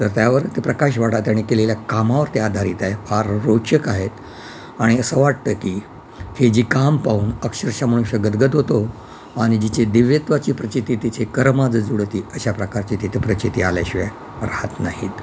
तर त्यावर ते प्रकाश वाटा त्यांनी केलेल्या कामावर त्या आधारित आहे फार रोचक आहेत आणि असं वाटतं की हे जी काम पाहून अक्षरशः मनुष्य गदगद होतो आणि जिथे दिव्यत्वाची प्रचिती तिथे कर माझे जुळती अशा प्रकारची तिथे प्रचिती आल्याशिवाय राहत नाहीत